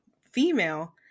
female